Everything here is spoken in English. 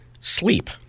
sleep